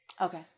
Okay